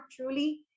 truly